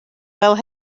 fel